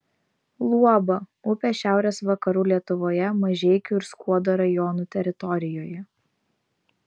luoba upė šiaurės vakarų lietuvoje mažeikių ir skuodo rajonų teritorijoje